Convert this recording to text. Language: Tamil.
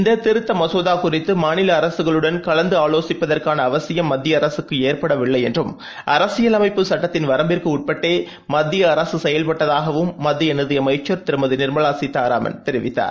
இந்த திருத்த மசோதா குறித்து மாநில அரசகஙளுடன் கலந்தாலோசிப்பதற்கான அவசியம் மத்திய அரகக்கு ஏற்படவில்லை என்றும் அரசியலமைப்பு சுட்டத்தின் வரம்பிற்குட்பட்டே மத்திய அரக செயல்பட்டதாகவும் மத்திய நிதியமைச்சர் திருமதி நிர்மலா சீதாராமன் தெரிவித்தார்